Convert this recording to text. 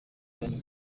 cyane